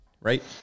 right